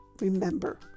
remember